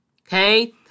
Okay